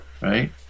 Right